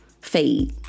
fade